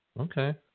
Okay